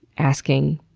asking,